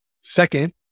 Second